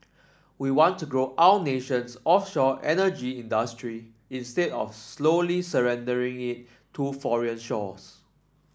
we want to grow our nation's offshore energy industry instead of slowly surrendering it to foreign shores